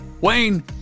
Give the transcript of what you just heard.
Wayne